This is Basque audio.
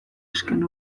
azken